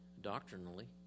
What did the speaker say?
doctrinally